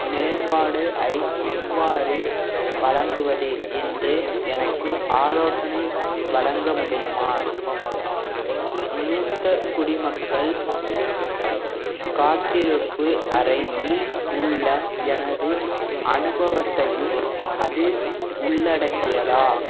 மேம்பாடு ஐ எவ்வாறு வழங்குவது என்று எனக்கு ஆலோசனை வழங்க முடியுமா மூத்த குடிமக்கள் காத்திருப்பு அறையில் உள்ள எனது அனுபவத்தையும் அது உள்ளடங்கியதா